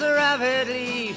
rapidly